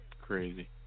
Crazy